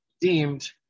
deemed